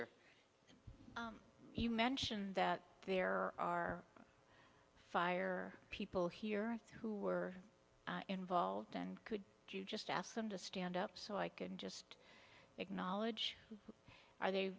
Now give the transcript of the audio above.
or you mentioned that there are fire people here who were involved and could you just ask them to stand up so i can just acknowledge fire